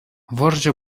вӑрҫӑ